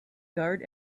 guard